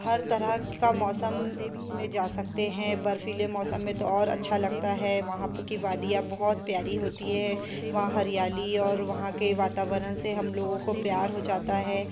हर तरह के मौसम में जा सकते हैं बर्फ़ीले मौसम में तो और अच्छा लगता है वहाँ की वादियाँ बहुत प्यारी होती है वहाँ हरियाली और वहाँ के वातावरण से हम लोगों को प्यार हो जाता है